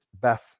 Beth